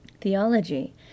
theology